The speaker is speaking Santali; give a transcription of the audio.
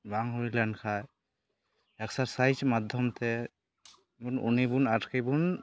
ᱵᱟᱝ ᱦᱩᱭᱞᱮᱱ ᱠᱷᱟᱡ ᱮᱠᱥᱟᱨᱥᱟᱭᱤᱡᱽ ᱢᱟᱫᱽᱫᱷᱚᱢᱛᱮᱵᱚᱱ ᱩᱱᱤᱵᱚᱱ ᱟᱨᱠᱤᱱᱵᱚᱱ